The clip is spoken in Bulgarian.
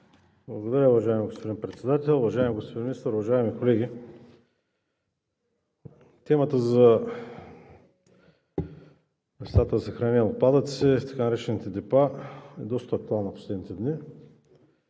Благодаря Ви, уважаеми господин Председател. Уважаеми господин Министър, уважаеми колеги! Темата за местата за съхранение на отпадъци, така наречените депа е доста актуална в последните дни.